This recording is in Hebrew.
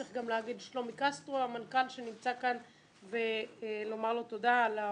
צריך גם להגיד לשלומי קסטרו המנכ"ל שנמצא כאן ולומר לו תודה על הפעילות.